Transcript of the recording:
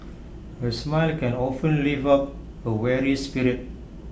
A smile can often lift up A weary spirit